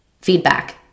Feedback